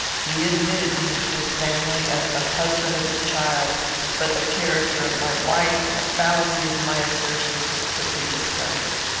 he admitted me into his family, as the husband of his child but the character of my wife and the fallacy of my assertions were quickly discovered.